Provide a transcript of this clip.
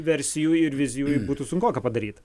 versijų ir vizijų būtų sunkoka padaryt